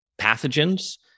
pathogens